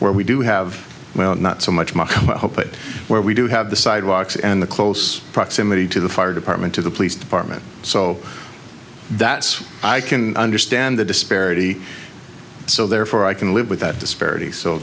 where we do have well not so much my hope that where we do have the sidewalks and the close proximity to the fire department to the police department so that i can understand the disparity so therefore i can live with that disparity so